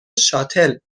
شاتل